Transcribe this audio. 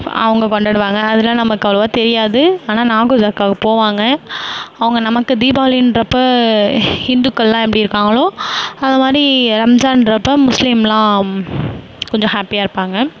அவங்க கொண்டாடுவாங்க அதலாம் நமக்கு அவ்வளவாக தெரியாது ஆனால் நாகூர் தர்க்காவுக்கு போவாங்க அவங்க நமக்கு தீபாவளின்றப்ப ஹிந்துக்கள்லாம் எப்படி இருக்காங்களோ அதுமாதிரி ரம்ஜான்றப்ப முஸ்லீம்லாம் கொஞ்சம் ஹாப்பியாக இருப்பாங்க